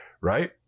Right